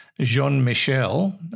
Jean-Michel